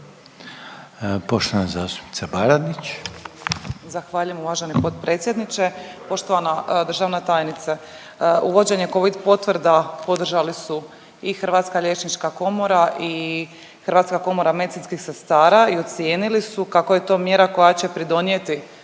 Nikolina (HDZ)** Zahvaljujem uvaženi potpredsjedniče. Poštovana državna tajnice, uvođenje covid potvrda podržali su i Hrvatska liječnička komora i Hrvatska komora medicinskih sestara i ocijenili su kako je to mjera koja će pridonijeti